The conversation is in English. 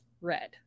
red